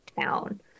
town